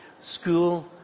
school